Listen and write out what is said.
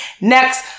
Next